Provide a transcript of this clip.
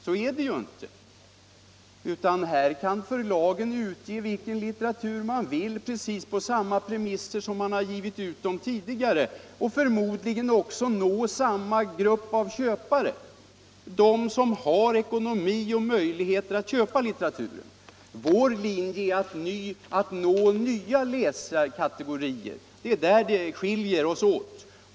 Så är det inte. Förlagen kan utge vilken litteratur de vill precis på samma premisser som tidigare och förmodligen också nå samma grupp av köpare, de som har ekonomiska möjligheter att köpa litteraturen. Vår linje är att nå nya läsarkategorier. I detta avseende skiljer vi oss åt.